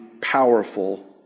powerful